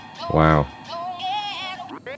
Wow